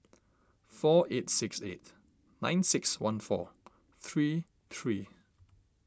four eight six eight nine six one four three three